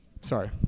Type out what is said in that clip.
Sorry